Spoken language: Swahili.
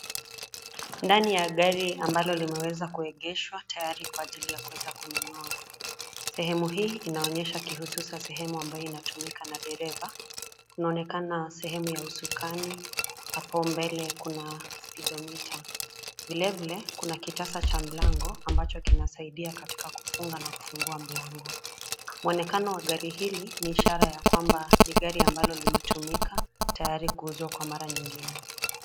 Ndani ya gari ambalo limeweza kuegeshwa tayari kwa ajili ya kuweza kununua. Sehemu hii inaonyesha kihususa sehemu ambayo inatumika na dereva. Inaonekana sehemu ya usukani, hapo mbele kuna spidometa. Vilevile, kuna kitasa cha mlango ambacho kinasaidia katika kufunga na kufungua mlango. Muonekano wa gari hili ni ishara ya kwamba ni gari ambalo limetumika, tayari kuuzwa kwa mara nyingine.